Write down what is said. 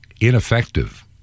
ineffective